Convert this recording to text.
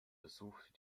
besuchte